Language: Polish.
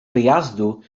wyjazdu